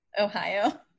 Ohio